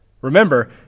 Remember